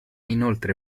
inoltre